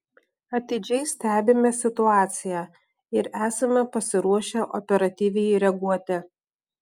atidžiai stebime situaciją ir esame pasiruošę operatyviai reaguoti